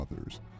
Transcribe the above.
Others